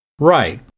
Right